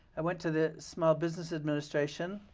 i went to the small business administration